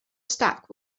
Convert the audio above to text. stack